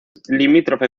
limítrofe